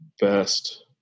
best